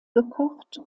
gekocht